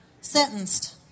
sentenced